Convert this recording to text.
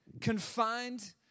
confined